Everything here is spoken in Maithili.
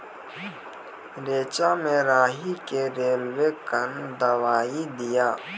रेचा मे राही के रेलवे कन दवाई दीय?